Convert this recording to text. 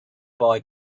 boy